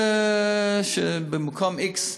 במקום x,